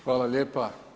Hvala lijepa.